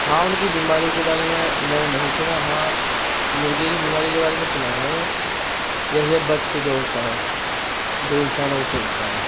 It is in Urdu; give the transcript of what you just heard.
ہاں ان کی بیماریوں کے بارے میں میں نے نہیں سنا ہاں مرغے کے بیماری کے بارے میں سنا ہے میں نے جیسے برڈ فلو ہوتا ہے جو انسانوں میں پھیلتا ہے